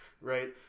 right